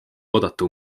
oodata